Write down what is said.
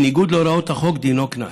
בניגוד להוראות החוק, דינו, קנס.